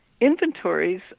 inventories